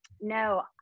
no